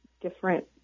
different